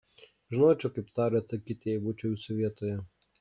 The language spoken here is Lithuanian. žinočiau kaip carui atsakyti jei būčiau jūsų vietoje